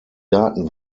daten